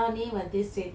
சாப்பிடலாமா:sappidulaamaa